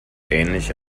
ähnlich